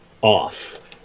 Off